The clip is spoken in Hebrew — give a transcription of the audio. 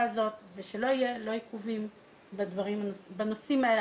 הזאת ושלא יהיו עיכובים בנושאים האלה.